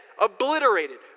obliterated